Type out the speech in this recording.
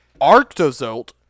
Arctozolt